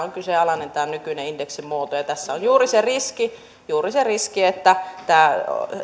nykyinen indeksimuoto on kyseenalainen ja tässä on juuri se riski että tämä